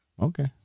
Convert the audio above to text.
Okay